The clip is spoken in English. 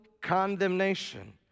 condemnation